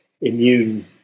immune